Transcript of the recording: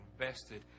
invested